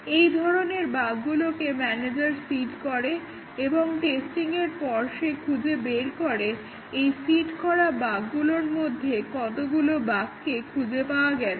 এই ধরণের বাগগুলোকে মানেজার সিড করে এবং টেস্টিংয়ের পর সে খুঁজে বের করে এই সিড করা বাগগুলোর মধ্যে কতগুলো বাগকে খুঁজে পাওয়া গেছে